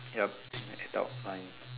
yup next up mine